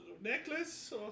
necklace